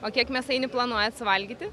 o kiek mėsainių planuojat suvalgyti